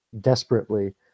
desperately